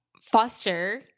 Foster